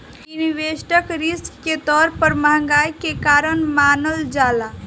investment risk के तौर पर महंगाई के कारण मानल जाला